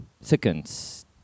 seconds